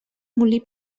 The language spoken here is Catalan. molí